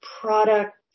product